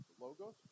logos